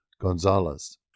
Gonzalez